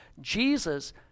Jesus